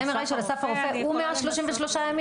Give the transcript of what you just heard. ה-MRI של אסף הרופא, הוא 133 ימים?